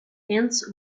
ends